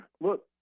look